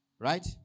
right